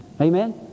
Amen